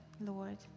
Lord